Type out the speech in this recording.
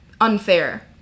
unfair